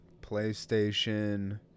PlayStation